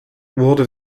wurde